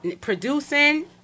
Producing